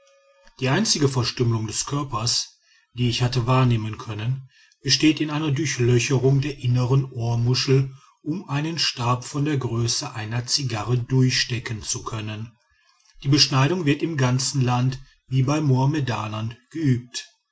die einzige verstümmelung des körpers die ich hatte wahrnehmen können besteht in einer durchlöcherung der innern ohrmuschel um einen stab von der größe einer zigarre durchstecken zu können die beschneidung wird im ganzen land wie bei mohammedanern geübt